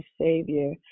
savior